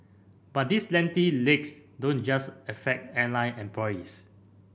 but these lengthy legs don't just affect airline employees